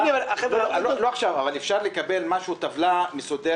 לא עכשיו, אבל משהו, טבלה מסודרת.